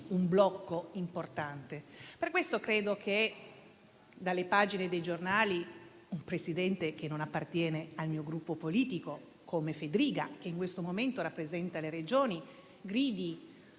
un blocco importante. Per questo credo che dalle pagine dei giornali un presidente che non appartiene al mio Gruppo politico come Fedriga, che in questo momento rappresenta le Regioni, gridi